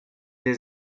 has